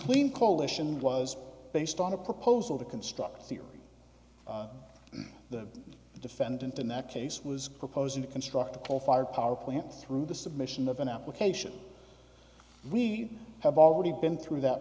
when coalition was based on a proposal to construct a theory the defendant in that case was proposing to construct a coal fired power plant through the submission of an application we have already been through that